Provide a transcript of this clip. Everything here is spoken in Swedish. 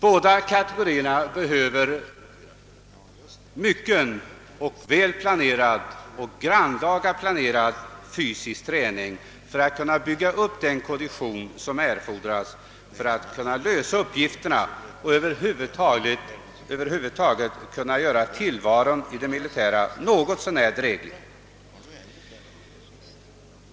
Båda kategorierna behöver mycken och grannlaga planerad fysisk träning för att bygga upp den kondition som erfordras för att kunna lösa sina uppgifter och över huvud taget finna tillvaron i det militära något så när dräglig.